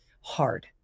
hard